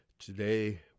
Today